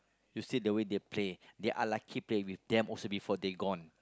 you see the way they're play they are lucky play with dam also before they gone